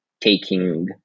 taking